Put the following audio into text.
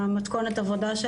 מתכונת העבודה,